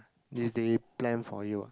is they plan for you ah